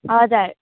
हजुर